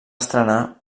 estrenar